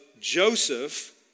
Joseph